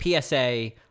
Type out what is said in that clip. PSA